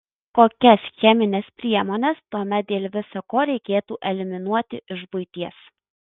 kokias chemines priemones tuomet dėl visa ko reikėtų eliminuoti iš buities